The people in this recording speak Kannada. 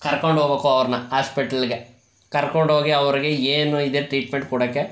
ಕರ್ಕೊಂಡು ಹೋಗ್ಬೇಕು ಅವ್ರನ್ನು ಹಾಸ್ಪೆಟ್ಲಿಗೆ ಕರ್ಕೊಂಡು ಹೋಗಿ ಅವ್ರಿಗೆ ಏನು ಇದೆ ಟ್ರೀಟ್ಮೆಂಟ್ ಕೊಡೋಕ್ಕೆ